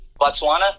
Botswana